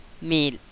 meal